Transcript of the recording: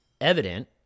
evident